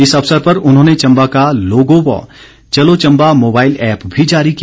इस अवसर पर उन्होंने चम्बा का लोगो व चलो चम्बा मोबाईल एप्प भी जारी किया